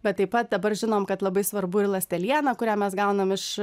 bet taip pat dabar žinom kad labai svarbu ir ląsteliena kurią mes gaunam iš